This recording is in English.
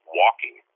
walking